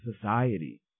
society